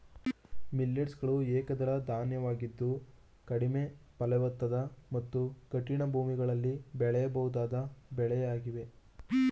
millets ಗಳು ಏಕದಳ ಧಾನ್ಯವಾಗಿದ್ದು ಕಡಿಮೆ ಫಲವತ್ತಾದ ಮತ್ತು ಕಠಿಣ ಭೂಮಿಗಳಲ್ಲಿ ಬೆಳೆಯಬಹುದಾದ ಬೆಳೆಯಾಗಿವೆ